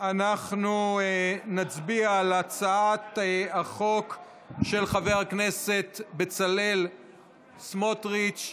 אנחנו נצביע על הצעת החוק של חבר הכנסת בצלאל סמוטריץ'.